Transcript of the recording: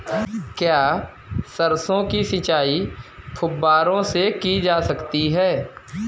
क्या सरसों की सिंचाई फुब्बारों से की जा सकती है?